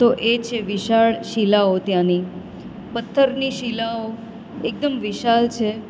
તો એ છે વિશાળ શિલાઓ ત્યાંની પથ્થરની શિલાઓ એકદમ વિશાળ છે